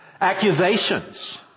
Accusations